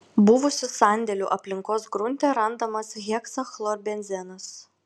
buvusių sandėlių aplinkos grunte randamas heksachlorbenzenas